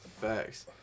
facts